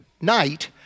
night